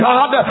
God